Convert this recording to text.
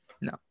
no